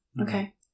Okay